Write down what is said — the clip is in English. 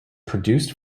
produced